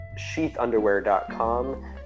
sheathunderwear.com